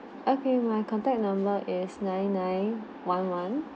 okay my contact number is nine nine one one